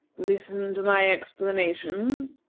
listen to my explanations,